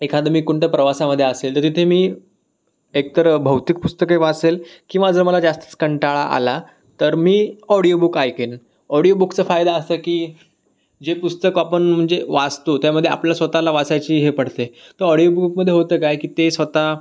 एखादं मी कोणत्या प्रवासामध्ये असेल तर तिथे मी एक तर भौतिक फुस्तके वाचेल किंवा जर मला जास्तीच कंटाळा आला तर मी ऑडिओ बुक ऐकेन ऑडिओ बुकचा फायदा असा की जे पुस्तक आपण म्हणजे वाचतो त्यामध्ये आपल्याला स्वतःला वाचायची हे पडते तर ऑडिओ बुकमध्ये होतं काय की ते स्वतः